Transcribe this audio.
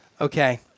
Okay